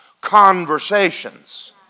conversations